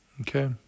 Okay